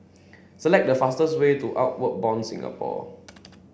select the fastest way to Outward Bound Singapore